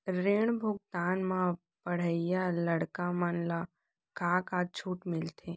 ऋण भुगतान म पढ़इया लइका मन ला का का छूट मिलथे?